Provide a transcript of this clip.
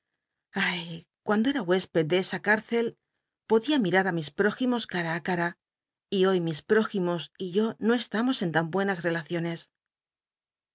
ay cuando era hucsped podía rn ia ü mis prójimos cara li cam y hoy mis prójimos y yo no csl llllos en tan buenas relaciones